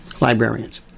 librarians